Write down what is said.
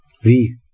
Wie